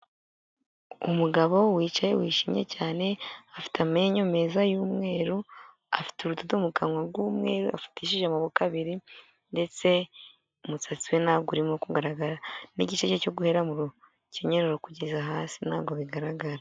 Umugabo wicaye wishimye cyane, afite amenyo meza y'umweru, afite urudodo mu kanwa rw'umweru afatishije amaboko abiri ndetse umusatsi we ntabwo urimo kugaragara n'igice cye cyo guhera mu rukenyerero kugeza hasi ntabwo bigaragara.